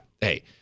Hey